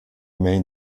maine